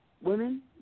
women